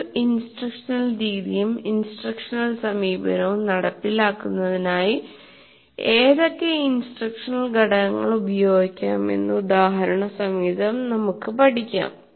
ഒരു ഇൻസ്ട്രക്ഷണൽ രീതിയും ഇൻസ്ട്രക്ഷണൽ സമീപനവും നടപ്പിലാക്കുന്നതിനായി ഏതൊക്കെ ഇൻസ്ട്രക്ഷണൽ ഘടകങ്ങൾ ഉപയോഗിക്കാം എന്ന് ഉദാഹരണ സഹിതം നമുക്ക് പഠിക്കാം